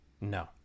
no